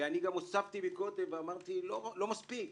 והוספתי קודם ואמרתי - זה לא מספיק.